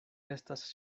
estas